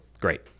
Great